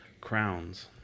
crowns